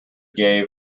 gave